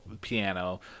piano